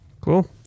cool